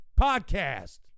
podcast